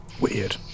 weird